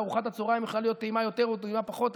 וארוחת הצוהריים יכולה להיות טעימה יותר או טעימה פחות,